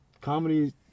Comedy